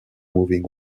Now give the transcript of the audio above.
moving